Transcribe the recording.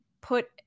put